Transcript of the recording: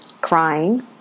crying